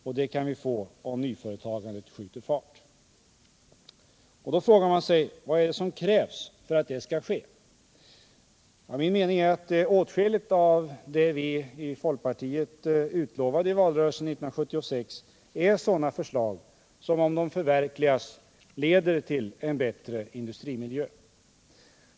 Och det kan vi få om nyföretagandet skjuter fart. Man kan fråga sig vad som krävs för att det skall ske. Min mening är att åtskilligt av det vi i folkpartiet utlovade i valrörelsen 1976 är sådana saker som, om de förverkligas, leder till en bättre industrimiljö.